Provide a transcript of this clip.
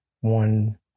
one